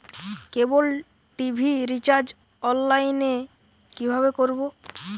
কেবল TV recharge online এ কিভাবে করব?